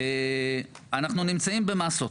אנחנו נמצאים במסות,